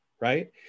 right